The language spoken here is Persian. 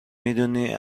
میدونی